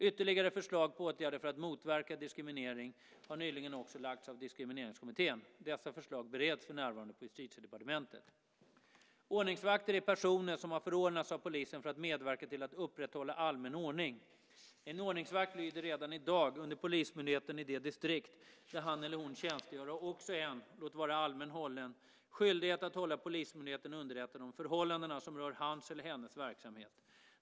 Ytterligare förslag på åtgärder för att motverka diskriminering har nyligen också lagts fram av Diskrimineringskommittén. Dessa förslag bereds för närvarande på Justitiedepartementet. Ordningsvakter är personer som har förordnats av polisen för att medverka till att upprätthålla allmän ordning. En ordningsvakt lyder redan i dag under polismyndigheten i det distrikt där han eller hon tjänstgör och har också en, låt vara allmänt hållen, skyldighet att hålla polismyndigheten underrättad om förhållanden som rör hans eller hennes verksamhet.